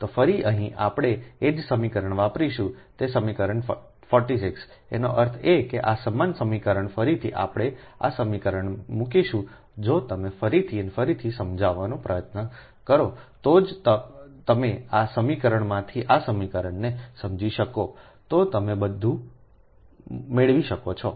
તો ફરી અહીં આપણે એ જ સમીકરણ વાપરીશું તે સમીકરણ 46એનો અર્થ એ કે આ સમાન સમીકરણ ફરીથી આપણે આ સમીકરણ મૂકીશું જો તમે ફરીથી અને ફરીથી સમજવાનો પ્રયત્ન કરો જો તમે આ સમીકરણમાંથી આ સમીકરણને સમજી શકો તો તમે બધું મેળવી શકો છો